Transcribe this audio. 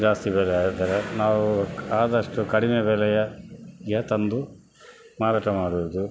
ಜಾಸ್ತಿ ಬೆಲೆ ಆಗ್ತದೆ ನಾವು ಆದಷ್ಟು ಕಡಿಮೆ ಬೆಲೆಯ ಗಿಡ ತಂದು ಮಾರಾಟ ಮಾಡುವುದು